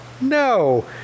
No